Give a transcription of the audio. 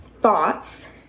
thoughts